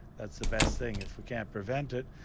that's the best thing. if we can't prevent it,